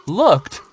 looked